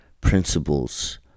principles